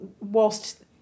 whilst